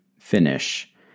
finish